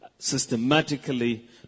Systematically